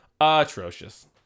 atrocious